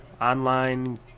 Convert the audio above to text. online